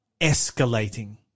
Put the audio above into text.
escalating